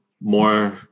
more